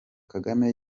kagame